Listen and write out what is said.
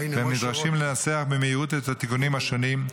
ונדרשים לנסח במהירות את התיקונים השונים.